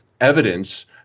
evidence